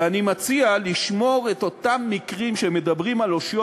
ואני מציע לשמור את אותם מקרים שמדברים על אושיות